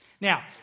Now